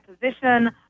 position